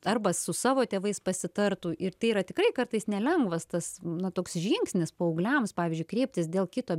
arba su savo tėvais pasitartų ir tai yra tikrai kartais nelengvas tas na toks žingsnis paaugliams pavyzdžiui kreiptis dėl kito